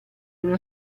uno